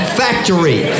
factory